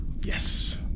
Yes